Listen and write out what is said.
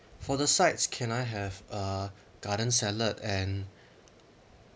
for the sides can I have a garden salad and